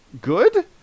good